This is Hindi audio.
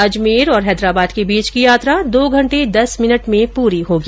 अजमेर और हैदराबाद के बीच की यात्रा दो घंटे दस मिनट में पुरी होगी